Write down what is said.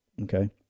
Okay